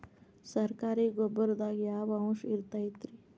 ಸರಕಾರಿ ಗೊಬ್ಬರದಾಗ ಯಾವ ಅಂಶ ಇರತೈತ್ರಿ?